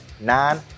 nine